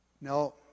No